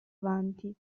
avanti